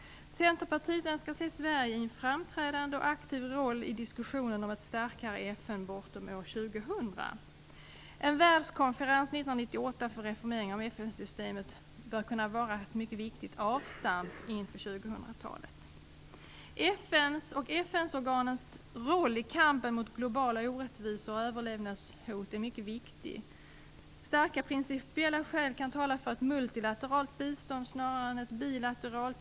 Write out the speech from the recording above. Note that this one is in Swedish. Centerpartiet önskar se Sverige i en framträdande och aktiv roll i diskussionen om ett starkare FN bortom år 2000. En världskonferens 1998 för reformering av FN-systemet bör kunna vara ett mycket viktigt avstamp inför 2000-talet. FN:s och FN-organens roll i kampen mot globala orättvisor och överlevnadshot är mycket viktig. Starka principiella skäl kan tala för multilateralt bistånd snarare än bilateralt.